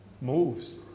moves